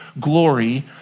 glory